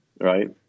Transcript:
Right